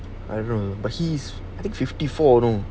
I know but he's like fifty four you know